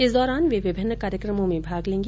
इस दौरान वे विभिन्न कार्यक्रमों में भाग लेगी